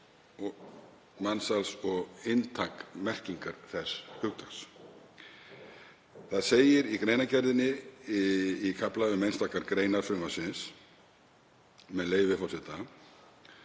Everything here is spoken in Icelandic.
mansals og inntak merkingar þess hugtaks. Það segir í greinargerðinni, í kafla um einstakar greinar frumvarpsins, með leyfi forseta: